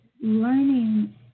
learning